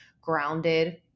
grounded